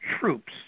troops